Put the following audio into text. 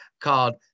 called